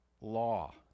law